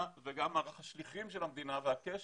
וגם מערך השליחים של המדינה והקשר.